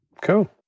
cool